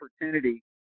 opportunity